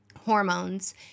hormones